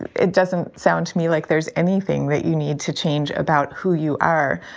it doesn't sound to me like there's anything that you need to change about who you are.